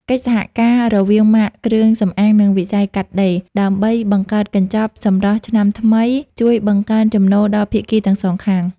កិច្ចសហការរវាងម៉ាកគ្រឿងសម្អាង និងវិស័យកាត់ដេរ ដើម្បីបង្កើតកញ្ចប់ "សម្រស់ឆ្នាំថ្មី" ជួយបង្កើនចំណូលដល់ភាគីទាំងសងខាង។